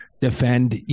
defend